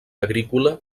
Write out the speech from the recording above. agrícola